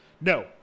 No